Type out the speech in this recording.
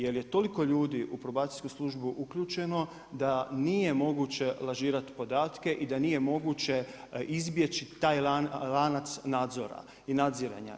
Jer je toliko ljudi u probacijsku službu uključeno da nije moguće lažirati podatke i da nije moguće izbjeći taj lanac nadzora i nadziranja.